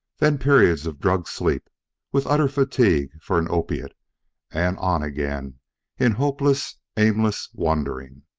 then periods of drugged sleep with utter fatigue for an opiate and on again in hopeless, aimless wandering.